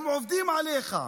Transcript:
הם עובדים עליך,